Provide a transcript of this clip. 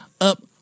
up